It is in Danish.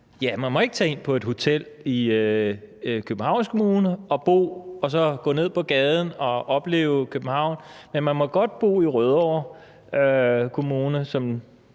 at man ikke må tage ind og bo på et hotel i Københavns Kommune og så gå ned på gaden og opleve København. Men man må godt bo i Rødovre Kommune,